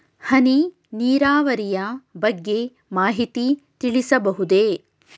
ಹನಿ ನೀರಾವರಿಯ ಬಗ್ಗೆ ಮಾಹಿತಿ ತಿಳಿಸಬಹುದೇ?